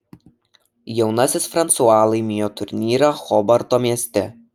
jaunasis fransua laimėjo turnyrą hobarto mieste